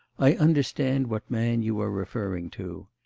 i understand what man you are referring to.